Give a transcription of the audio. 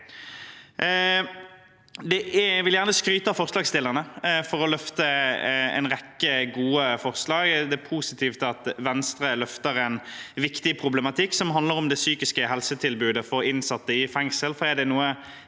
Jeg vil gjerne skryte av forslagsstillerne for en rekke gode forslag. Det er positivt at Venstre løfter fram en viktig problematikk, som handler om det psykiske helsetilbudet for innsatte i fengsel.